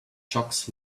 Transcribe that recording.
jocks